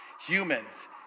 Humans